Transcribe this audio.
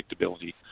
predictability